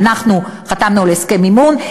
ואנחנו חתמנו על הסכם מימון,